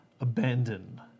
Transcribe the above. abandon